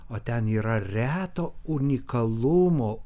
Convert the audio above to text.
o ten yra reto unikalumo